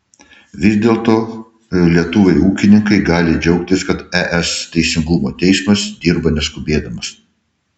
vis dėlto lietuviai ūkininkai gali džiaugtis kad es teisingumo teismas dirba neskubėdamas